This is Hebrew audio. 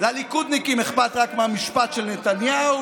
לליכודניקים אכפת רק מהמשפט של נתניהו,